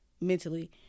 mentally